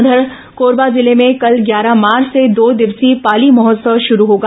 उधर कोरबा जिले में कल ग्यारह मार्च से दो दिवसीय पाली महोत्सव शुरू होगा